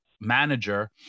manager